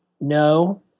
no